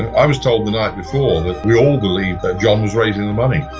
i was told the night before that we all believed that john was raising the money.